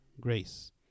grace